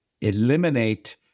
eliminate